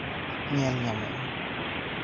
ᱧᱮᱞ ᱧᱟᱢᱚᱜᱼᱟ